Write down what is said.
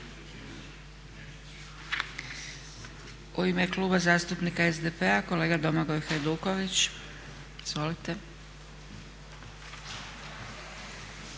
U ime Kluba zastupnika SDP-a kolega Domagoj Hajduković. Izvolite.